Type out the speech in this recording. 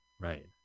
Right